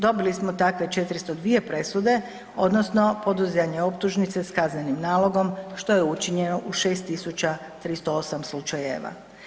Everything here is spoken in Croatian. Dobili smo takve 402 presude, odnosno podizanje optužnice s kaznenim nalogom, što je učinjeno u 6 308 slučajeva.